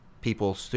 people